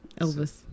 Elvis